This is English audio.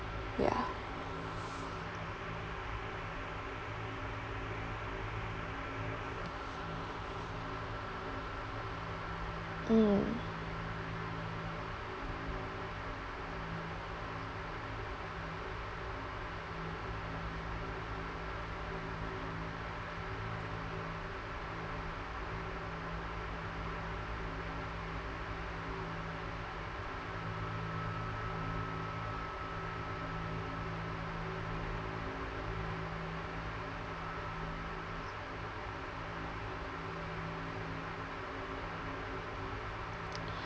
ya mm